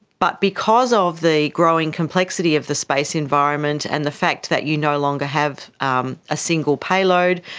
but because of the growing complexity of the space environment and the fact that you no longer have um a single payload,